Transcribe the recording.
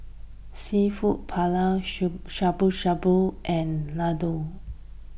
Seafood Paella Shabu Shabu and Ladoo